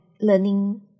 learning